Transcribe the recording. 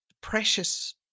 precious